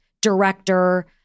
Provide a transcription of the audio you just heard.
director